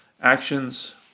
Actions